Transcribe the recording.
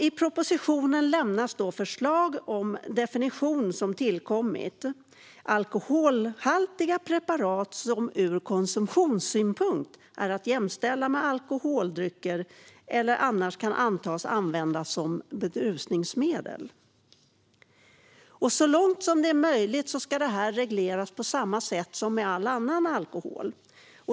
I propositionen lämnas förslag till en definition: "alkoholhaltiga preparat som ur konsumtionssynpunkt är att jämställa med alkoholdrycker eller annars kan antas användas som berusningsmedel." Så långt det är möjligt ska detta regleras på samma sätt som all annan alkohol.